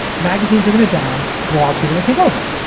magazines are going to die, blogs are going to take over.